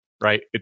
right